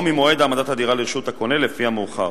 או ממועד העמדת הדירה לרשות הקונה, לפי המאוחר.